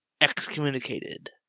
excommunicated